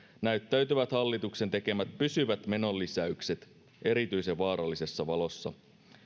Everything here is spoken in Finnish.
näyttäytyvät hallituksen tekemät pysyvät menolisäykset erityisen vaarallisessa valossa